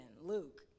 Luke